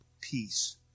peace